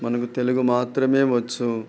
మనకు తెలుగు మాత్రమే వచ్చు